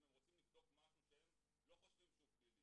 אם הם רוצים לבדוק משהו שהם לא חושבים שהוא פלילי